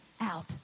out